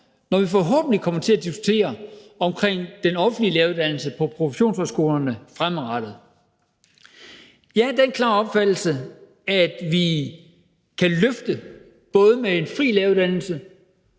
når vi forhåbentlig kommer til at diskutere den offentlige læreruddannelse på professionshøjskolerne fremadrettet. Jeg er af den klare opfattelse, at vi i fællesskab kan løfte det både med en fri læreruddannelse,